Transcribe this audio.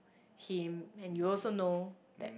him and you also know that